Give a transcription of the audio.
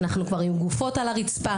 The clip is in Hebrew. אנחנו כבר עם גופות על הרצפה.